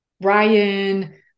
Ryan